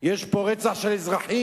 יש פה רצח של אזרחים.